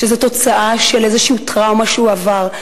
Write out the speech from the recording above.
שזו תוצאה של איזו טראומה שהוא עבר,